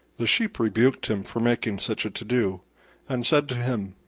the sheep rebuked him for making such a to-do, and said to him,